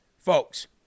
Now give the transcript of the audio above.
folks